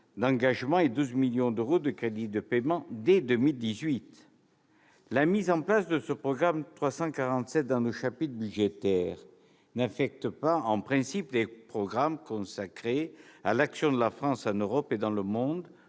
d'engagement et 12 millions d'euros de crédits de paiement, et ce dès 2018. La mise en place de ce programme 347 dans nos chapitres budgétaires n'affecte pas, en principe, les programmes consacrés à l'« Action de la France en Europe et dans le monde